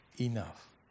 enough